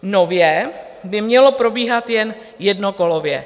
Nově by mělo probíhat jen jednokolově.